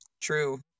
True